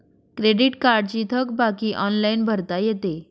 credit कार्डची थकबाकी online भरता येते